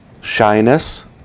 shyness